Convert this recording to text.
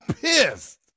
pissed